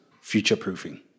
Future-proofing